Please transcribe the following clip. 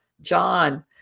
john